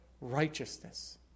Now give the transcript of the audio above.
righteousness